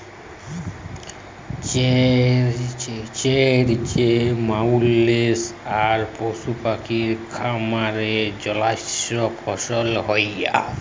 ছের যে মালুসের আর পশু পাখির খাবারের জ্যনহে ফল হ্যয়